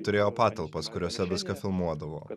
turėjo patalpas kuriose viską filmuodavo